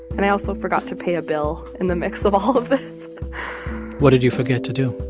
and i also forgot to pay a bill in the midst of all of this what did you forget to do?